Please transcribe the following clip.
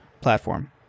platform